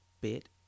bit